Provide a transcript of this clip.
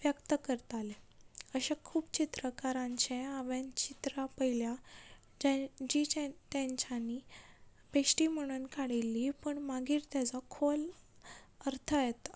व्यक्त करताले अशे खूब चित्रकारांचे हांवें चित्रां पळयल्यात जे जी तेंच्यानी बेश्टी म्हणून काडिल्ली पूण मागीर तेजो खोल अर्थ येता